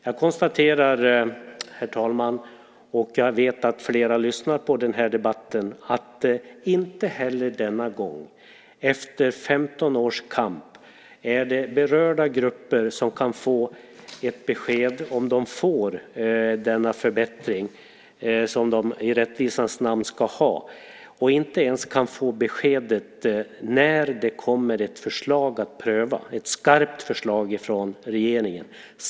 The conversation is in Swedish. Jag konstaterar, herr talman - jag vet att flera lyssnar på den här debatten - att inte heller denna gång, efter 15 års kamp, kan berörda grupper få ett besked om de får denna förbättring som de i rättvisans namn ska ha. Inte ens kan de få besked om när det kommer ett skarpt regeringsförslag att pröva.